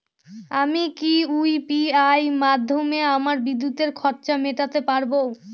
আমি কি ইউ.পি.আই মাধ্যমে আমার বিদ্যুতের খরচা মেটাতে পারব?